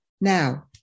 Now